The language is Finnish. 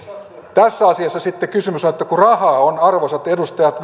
tässä asiassa sitten kysymys on arvoisat edustajat